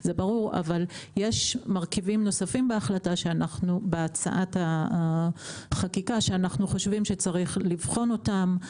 אבל יש מרכיבים נוספים בהצעת החקיקה שאנחנו חושבים שצריך לבחון אותם.